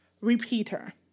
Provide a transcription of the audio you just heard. repeater